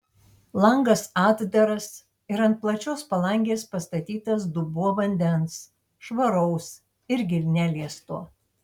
langas atdaras ir ant plačios palangės pastatytas dubuo vandens švaraus irgi neliesto